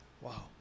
Wow